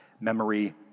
memory